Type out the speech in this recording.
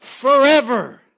forever